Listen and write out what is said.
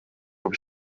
habe